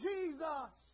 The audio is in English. Jesus